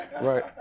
right